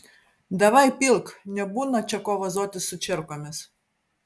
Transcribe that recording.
davai pilk nebūna čia ko vazotis su čierkomis